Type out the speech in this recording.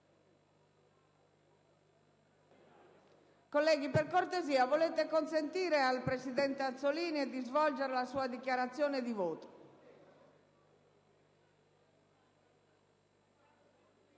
Colleghi, per cortesia, consentite al presidente Azzollini di svolgere la sua dichiarazione di voto.